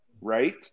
Right